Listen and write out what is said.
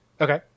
Okay